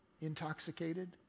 intoxicated